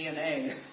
DNA